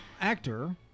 actor